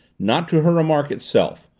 not to her remark itself,